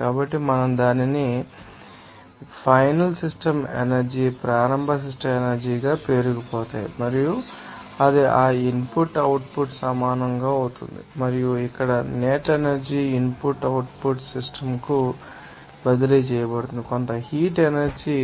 కాబట్టి మనం దానిని ఫైనల్ సిస్టమ్ ఎనర్జీ ప్రారంభ సిస్టమ్ ఎనర్జీగా పేరుకుపోతాము మరియు అది ఆ ఇన్పుట్ అవుట్పుట్కు సమానం అవుతుంది మరియు ఇక్కడ నెట్ ఎనర్జీ ఇన్పుట్ అవుట్పుట్ సిస్టమ్కు బదిలీ చేయబడుతుంది కొంత హీట్ ఎనర్జీ